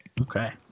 Okay